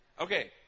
Okay